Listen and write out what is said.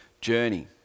journey